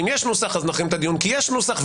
ואם יש נוסח אז נחרים את הדיון כי יש נוסח,